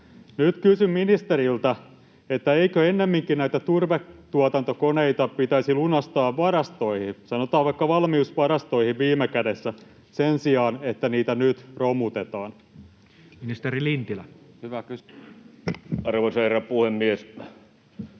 Nyt kysyn ministeriltä: eikö ennemminkin näitä turvetuotantokoneita pitäisi lunastaa varastoihin, sanotaan vaikka valmiusvarastoihin viime kädessä, sen sijaan, että niitä nyt romutetaan? [Speech 16] Speaker: Toinen varapuhemies